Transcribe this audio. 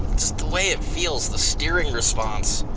just the way it feels, the steering response.